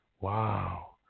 Wow